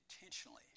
intentionally